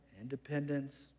independence